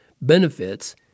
benefits